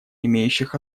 имеющих